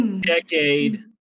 decade